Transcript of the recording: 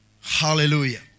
Hallelujah